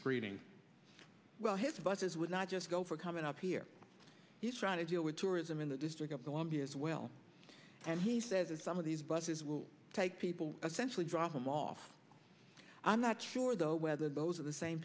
screening well his buses would not just go for coming up here he's trying to deal with tourism in the district of columbia as well and he says that some of these buses will take people essentially drop them off i'm not sure though whether those are the same